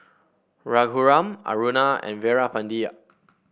Raghuram Aruna and Veerapandiya